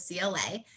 CLA